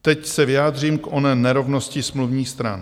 Teď se vyjádřím k oné nerovnosti smluvních stran.